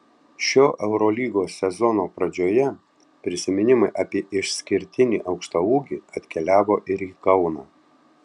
šio eurolygos sezono pradžioje prisiminimai apie išskirtinį aukštaūgį atkeliavo ir į kauną